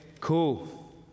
cool